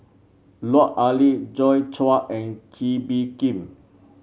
Lut Ali Joi Chua and Kee Bee Khim